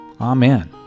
Amen